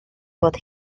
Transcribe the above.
bod